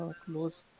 close